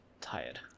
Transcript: tired